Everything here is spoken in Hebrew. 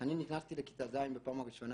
שאני נכנסתי לכיתה ז' בפעם הראשונה